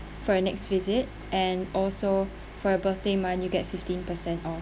for your next visit and also for your birthday month you get fifteen percent off